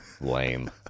lame